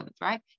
right